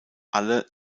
alle